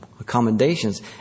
Accommodations